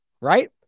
right